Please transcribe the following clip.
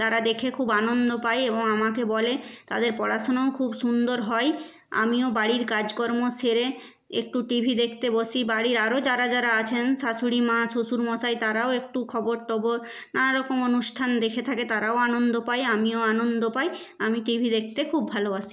তারা দেখে খুব আনন্দ পায় এবং আমাকে বলে তাদের পড়াশোনাও খুব সুন্দর হয় আমিও বাড়ির কাজকর্ম সেরে একটু টিভি দেখতে বসি বাড়ির আরও যারা যারা আছেন শাশুড়ি মা শ্বশুরমশাই তারাও একটু খবর টবর নানা রকম অনুষ্ঠান দেখে থাকে তারাও আনন্দ পায় আমিও আনন্দ পাই আমি টিভি দেখতে খুব ভালোবাসি